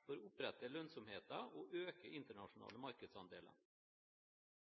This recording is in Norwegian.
for å opprettholde lønnsomheten og øke